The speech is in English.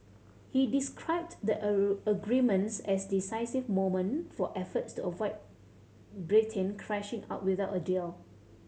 he described the agreements as a decisive moment for efforts to avoid Britain crashing out without a deal